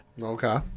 Okay